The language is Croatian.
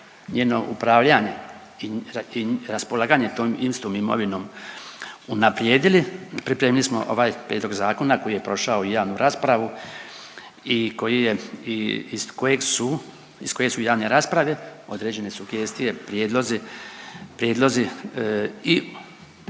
njeno upravljanje i raspolaganje tom istom imovinom unaprijedili. Pripremili smo ovaj prijedlog zakona koji je prošao i javnu raspravu i iz kojeg su, iz koje su javne rasprave određene sugestije, prijedlozi i